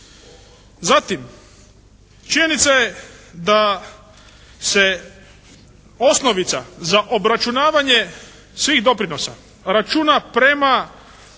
Zatim činjenica je da se osnovnica za obračunavanje svih doprinosa računa prema